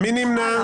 מי נמנע?